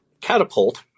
catapult